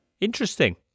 Interesting